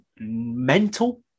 mental